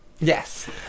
Yes